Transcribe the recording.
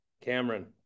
Cameron